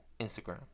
Instagram